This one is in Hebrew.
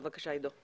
בבקשה, עידו.